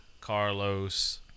carlos